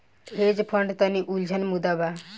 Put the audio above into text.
hedge fund तनि उलझल मुद्दा बा